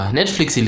Netflix